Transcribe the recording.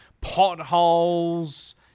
Potholes